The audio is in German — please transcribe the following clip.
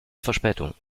verspätung